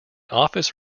office